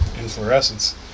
inflorescence